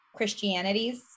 Christianities